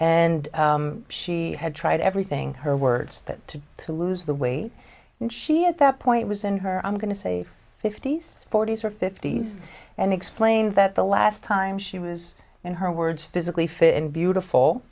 and she had tried everything her words that to to lose the weight and she at that point was in her i'm going to say fifty's forty's or fifty's and explain that the last time she was in her words physically fit and